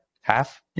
half